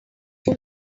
too